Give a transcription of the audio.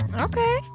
Okay